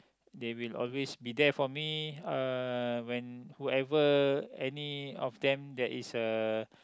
they will always be there for me uh when whoever any of them that is uh